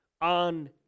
on